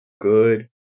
good